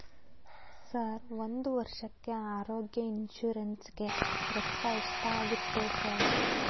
Sir ಒಂದು ವರ್ಷಕ್ಕೆ ಆರೋಗ್ಯ ಇನ್ಶೂರೆನ್ಸ್ ಗೇ ರೊಕ್ಕಾ ಎಷ್ಟಾಗುತ್ತೆ ಸರ್?